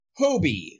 Hobie